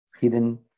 hidden